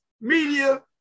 Media